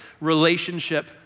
relationship